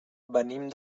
venim